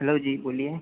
hello जी बोलिए